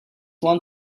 want